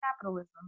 Capitalism